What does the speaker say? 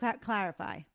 clarify